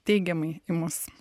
teigiamai į mus